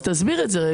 תסביר את זה.